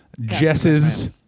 Jess's